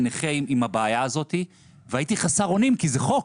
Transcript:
נכה עם הבעיה הזאת והייתי חסר אונים כי זה חוק,